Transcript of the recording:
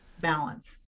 balance